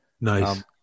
Nice